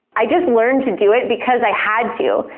i just learned to do it because i had to,